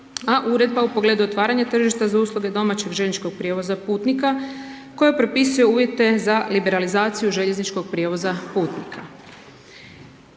a Uredba u pogledu otvaranja tržišta za usluge domaćeg željezničkog prijevoza putnika koja propisuje uvjete za liberalizaciju željezničkog prijevoza putnika.